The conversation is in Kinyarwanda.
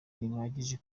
ntibihagije